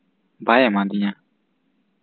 ᱵᱟᱭ ᱮᱢᱟ ᱫᱤᱧᱟ